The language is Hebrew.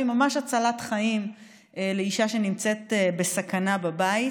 ממש הצלת חיים לאישה שנמצאת בסכנה בבית.